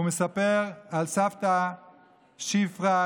הוא מספר על סבתא שפרה,